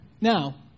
Now